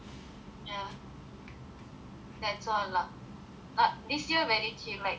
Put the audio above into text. that's all lah last this year very chill like don't have a lot of couples